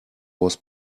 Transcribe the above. was